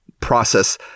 process